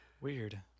Weird